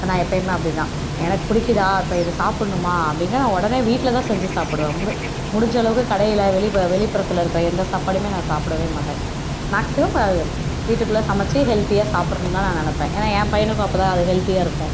நான் எப்பவுமே அப்படிதான் எனக்கு பிடிக்கிதா இப்போ இதை சாப்பிட்ணுமா அப்படினா நான் உடனே வீட்டில்தான் செஞ்சு சாப்பிடுவேன் முடு முடிஞ்சளவுக்கு கடையில் வெளி வெளி வெளிப்புறத்தில் இருக்க எந்த சாப்பாடுமே நான் சாப்பிடவே மாட்டேன் மேக்ஸிமம் அது வீட்டுக்குள்ளே சமைச்சு ஹெல்தியாக சாப்புடணுன்தான் நான் நெனைப்பென் ஏன்னா என் பையனுக்கும் அப்போதான் அது ஹெல்தியாக இருக்கும்